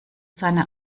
seine